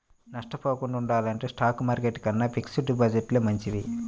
నష్టపోకుండా ఉండాలంటే stock market కన్నా ఫిక్స్డ్ డిపాజిట్లే మంచివి